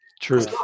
True